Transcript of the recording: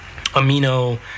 amino